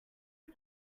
not